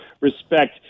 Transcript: respect